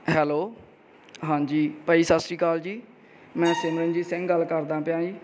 hello ਹਾਂਜੀ ਭਾਅ ਜੀ ਸਤਿ ਸ਼੍ਰੀ ਅਕਾਲ ਜੀ ਮੈਂ ਸਿਮਰਨਜੀਤ ਸਿੰਘ ਗੱਲ ਕਰਦਾ ਪਿਆ ਜੀ